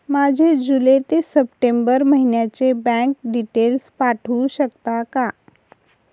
माझे जुलै ते सप्टेंबर महिन्याचे बँक डिटेल्स पाठवू शकता का?